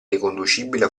riconducibile